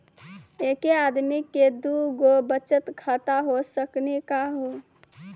एके आदमी के दू गो बचत खाता हो सकनी का हो?